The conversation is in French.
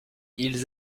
ils